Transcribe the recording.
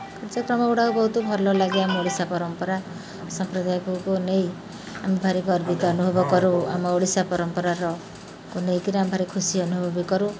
କାର୍ଯ୍ୟକ୍ରମ ଗୁଡ଼ାକ ବହୁତ ଭଲ ଲାଗେ ଆମ ଓଡ଼ିଶା ପରମ୍ପରା ସମ୍ପ୍ରଦାୟକୁ ନେଇ ଆମେ ଭାରି ଗର୍ବିତ ଅନୁଭବ କରୁ ଆମ ଓଡ଼ିଶା ପରମ୍ପରାରକୁ ନେଇକିରି ଆମେ ଭାରି ଖୁସି ଅନୁଭବ ବି କରୁ